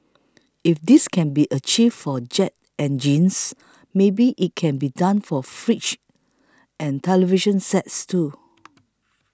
if this can be achieved for jet engines maybe it can be done for fridges and television sets too